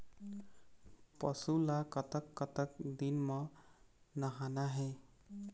पशु ला कतक कतक दिन म नहाना हे?